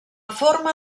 forma